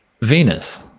Venus